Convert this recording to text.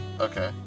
Okay